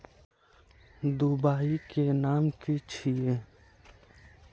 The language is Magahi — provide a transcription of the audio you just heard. दबाई के नाम की छिए?